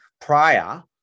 prior